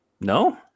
No